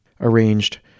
arranged